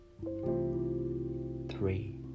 Three